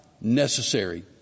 necessary